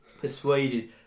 persuaded